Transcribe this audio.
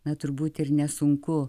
na turbūt ir nesunku